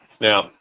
Now